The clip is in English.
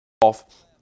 off